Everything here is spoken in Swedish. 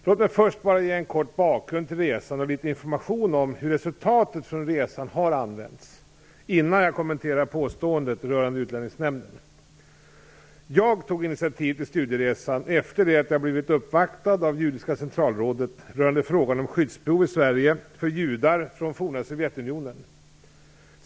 Låt mig först bara ge en kort bakgrund till resan och litet information om hur resultatet från resan har använts, innan jag kommenterar påståendet rörande Jag tog initiativ till studieresan efter det att jag blivit uppvaktad av Judiska Centralrådet rörande frågan om skyddsbehov i Sverige för judar från forna Sovjetunionen.